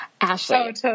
Ashley